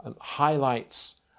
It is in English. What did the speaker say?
highlights